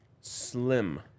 slim